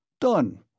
Done